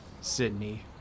Sydney